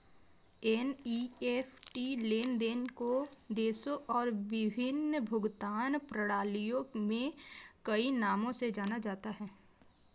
NEFT लेन देन को देशों और विभिन्न भुगतान प्रणालियों में कई नामों से जाना जाता है